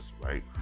right